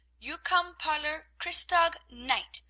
you come parlor christtag night,